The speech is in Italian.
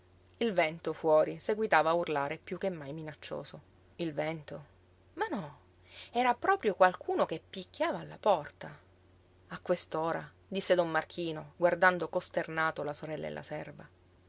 il vento fuori seguitava a urlare piú che mai minaccioso il vento ma no era proprio qualcuno che picchiava alla porta a quest'ora disse don marchino guardando costernato la sorella e la serva